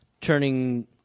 turning